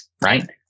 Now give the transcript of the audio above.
right